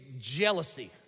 jealousy